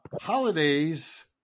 holidays